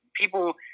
people